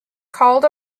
called